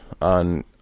on